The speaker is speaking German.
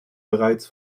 bereits